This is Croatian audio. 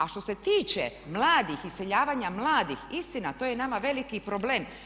A što se tiče mladih, iseljavanja mladih, istina to je nama veliki problem.